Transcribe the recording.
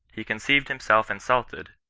he conceiyed himself insulted,